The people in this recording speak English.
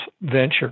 venture